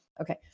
Okay